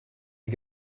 you